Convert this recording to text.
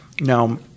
Now